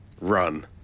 Run